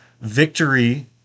victory